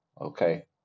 okay